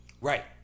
right